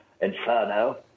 Inferno